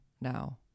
now